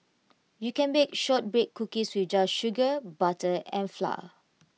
you can bake Shortbread Cookies with just sugar butter and flour